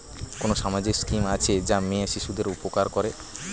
কোন সামাজিক স্কিম আছে যা মেয়ে শিশুদের উপকার করে?